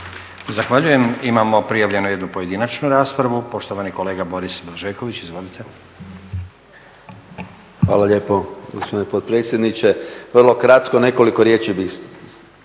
Zahvaljujem. Imamo prijavljenu jednu pojedinačnu raspravu, poštovani kolega Boris Blažeković. Izvolite. **Blažeković, Boris (HNS)** Hvala lijepo gospodine potpredsjedniče. Vrlo kratko. Nekoliko riječi, s nekoliko